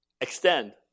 Extend